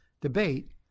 debate